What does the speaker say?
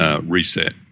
Reset